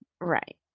Right